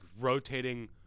rotating